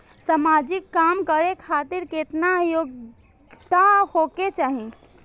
समाजिक काम करें खातिर केतना योग्यता होके चाही?